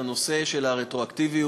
על הנושא של הרטרואקטיביות.